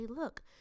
look